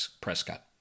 Prescott